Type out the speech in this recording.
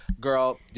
Girl